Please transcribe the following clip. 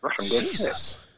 Jesus